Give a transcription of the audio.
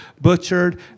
butchered